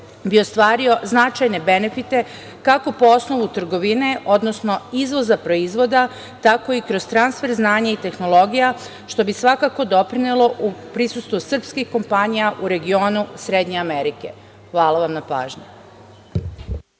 bi ostvario značajne benefite kako po osnovu trgovine, odnosno izvoza proizvoda, tako i kroz transfer znanja i tehnologija, što bi svakako doprinelo prisustvu sprskih kompanija u regionu srednje Amerike. Hvala vam na pažnji.